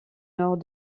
nord